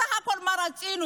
בסך הכול מה רצינו?